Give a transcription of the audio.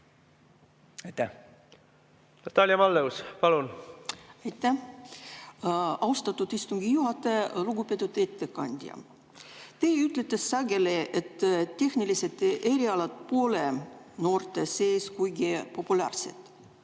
palun! Natalia Malleus, palun! Aitäh, austatud istungi juhataja! Lugupeetud ettekandja! Teie ütlete sageli, et tehnilised erialad pole noorte seas kuigi populaarsed.